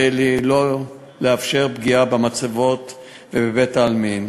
שלא לאפשר פגיעה במצבות ובבית-העלמין,